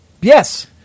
Yes